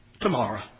tomorrow